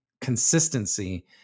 consistency